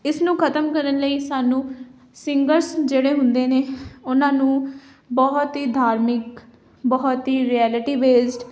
ਇਸ ਨੂੰ ਖਤਮ ਕਰਨ ਲਈ ਸਾਨੂੰ ਸਿੰਗਰਸ ਜਿਹੜੇ ਹੁੰਦੇ ਨੇ ਉਹਨਾਂ ਨੂੰ ਬਹੁਤ ਹੀ ਧਾਰਮਿਕ ਬਹੁਤ ਹੀ ਰਿਐਲਿਟੀ ਬੇਸਡ